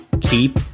keep